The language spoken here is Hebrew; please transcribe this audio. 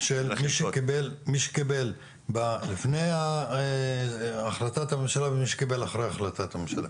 שמי שקיבל לפני החלטת הממשלה ומי שקיבל אחרי החלטת הממשלה,